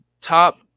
top